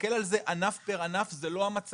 להסתכל על זה ענף פר ענף זה לא המצב.